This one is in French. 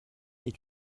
est